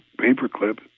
Paperclip